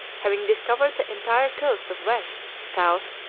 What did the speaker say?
having discovered the entire coast of west, south,